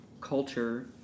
culture